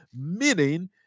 meaning